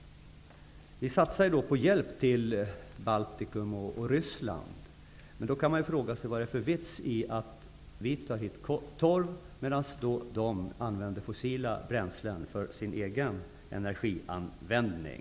Vi satsar på hjälp till Baltikum och Ryssland. Man kan fråga sig vad det är för vits med att vi tar hit torv, medan man där använder fossila bränslen för sin egen energiproduktion.